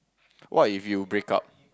what if you break up